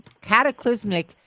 cataclysmic